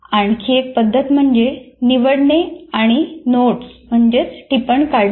आणखी एक पद्धत म्हणजे निवडणे आणि नोट्स काढणे